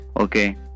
okay